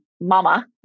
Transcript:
mama